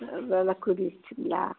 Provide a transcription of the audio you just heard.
ம் வெலை கூடிடுச்சிங்ளா